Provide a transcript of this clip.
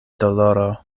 doloro